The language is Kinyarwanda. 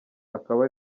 akaba